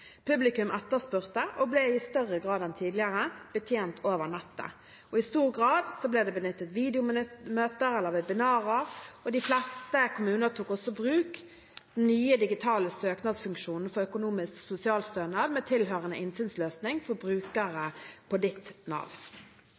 Publikum etterspurte, og ble i større grad enn tidligere, betjent over nettet. I stor grad ble det benyttet videomøter eller webinarer, og de fleste kommuner tok også i bruk den nye digitale søknadsfunksjonen for økonomisk sosialstønad med tilhørende innsynsløsning for brukere på Ditt NAV.